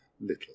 little